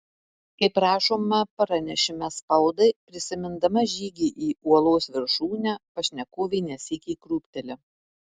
kaip rašoma pranešime spaudai prisimindama žygį į uolos viršūnę pašnekovė ne sykį krūpteli